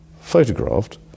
photographed